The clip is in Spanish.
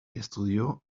estudió